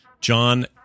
John